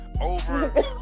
over